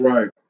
Right